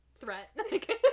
threat